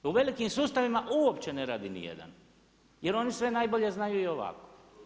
U velikim sustavima uopće ne radi nijedan jer oni sve najbolje znaju i ovako.